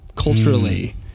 Culturally